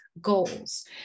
Goals